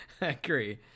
agree